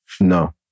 No